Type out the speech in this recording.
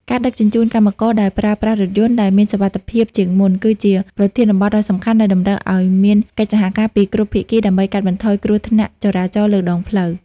ការដឹកជញ្ជូនកម្មករដោយប្រើប្រាស់រថយន្តដែលមានសុវត្ថិភាពជាងមុន គឺជាប្រធានបទដ៏សំខាន់ដែលតម្រូវឱ្យមានកិច្ចសហការពីគ្រប់ភាគីដើម្បីកាត់បន្ថយគ្រោះថ្នាក់ចរាចរណ៍លើដងផ្លូវ។